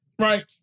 right